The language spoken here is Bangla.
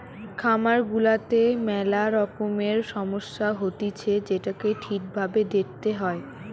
খামার গুলাতে মেলা রকমের সমস্যা হতিছে যেটোকে ঠিক ভাবে দেখতে হয়